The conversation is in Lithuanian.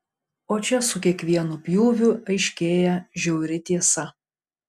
o čia su kiekvienu pjūviu aiškėja žiauri tiesa